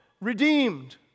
redeemed